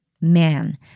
man